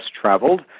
Traveled